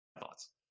thoughts